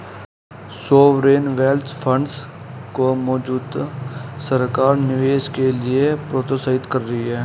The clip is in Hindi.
सॉवेरेन वेल्थ फंड्स को मौजूदा सरकार निवेश के लिए प्रोत्साहित कर रही है